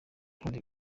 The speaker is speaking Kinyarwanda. ukunda